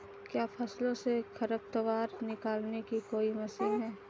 क्या फसलों से खरपतवार निकालने की कोई मशीन है?